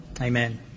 Amen